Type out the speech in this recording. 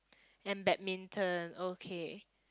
and badminton okay